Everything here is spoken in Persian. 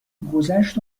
گذشت